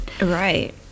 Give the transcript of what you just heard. right